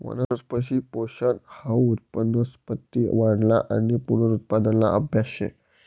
वनस्पती पोषन हाऊ वनस्पती वाढना आणि पुनरुत्पादना आभ्यास शे